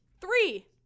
Three